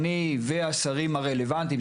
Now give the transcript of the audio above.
אני והשרים הרלוונטיים,